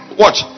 watch